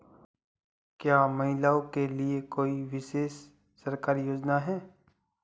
क्या महिलाओं के लिए कोई विशेष सरकारी योजना है?